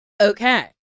Okay